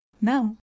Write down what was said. Now